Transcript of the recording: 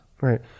right